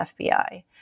FBI